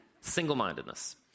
Single-mindedness